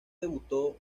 debutó